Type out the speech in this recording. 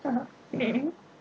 (uh huh) mmhmm